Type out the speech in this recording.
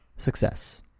Success